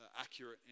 accurate